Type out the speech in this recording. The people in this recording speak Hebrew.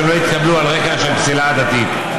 שהם לא התקבלו על רקע של פסילה עדתית.